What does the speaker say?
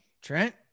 Trent